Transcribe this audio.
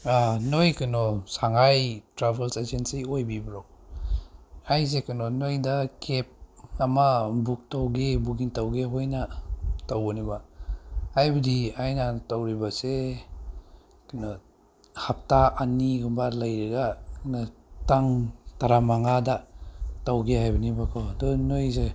ꯅꯣꯏ ꯀꯩꯅꯣ ꯁꯪꯉꯥꯏ ꯇ꯭ꯔꯥꯕꯦꯜ ꯑꯦꯖꯦꯟꯁꯤ ꯑꯣꯏꯕꯤꯕ꯭ꯔꯣ ꯑꯩꯁꯦ ꯀꯩꯅꯣ ꯅꯣꯏꯗ ꯀꯦꯕ ꯑꯃ ꯕꯨꯛ ꯇꯧꯒꯦ ꯕꯨꯛꯀꯤꯡ ꯇꯧꯒꯦ ꯑꯣꯏꯅ ꯇꯧꯕꯅꯦꯕ ꯑꯩꯕꯨꯗꯤ ꯑꯩꯅ ꯇꯧꯔꯤꯕꯁꯦ ꯀꯩꯅꯣ ꯍꯞꯇꯥ ꯑꯅꯤꯒꯨꯝꯕ ꯂꯩꯔꯒ ꯇꯥꯡ ꯇꯔꯥ ꯃꯉꯥꯗ ꯇꯧꯒꯦ ꯍꯥꯏꯕꯅꯦꯕꯀꯣ ꯑꯗꯣ ꯅꯣꯏꯁꯦ